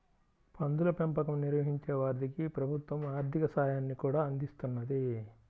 పందుల పెంపకం నిర్వహించే వారికి ప్రభుత్వం ఆర్ధిక సాయాన్ని కూడా అందిస్తున్నది